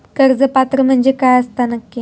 कर्ज पात्र म्हणजे काय असता नक्की?